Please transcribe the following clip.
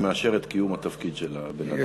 אני מאשר את קיום התפקיד של הבן-אדם.